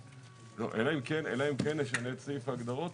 אלא אם כן נשנה את סעיף ההגדרות